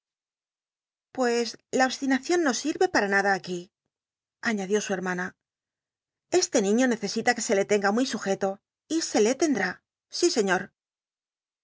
pues la obstinacion no sir'e de nada aquí añadió su hermana este niiio necesita que se le tenga muy sujeto y se le tench'á sí sciioi